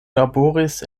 laboris